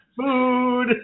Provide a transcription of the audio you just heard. food